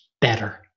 better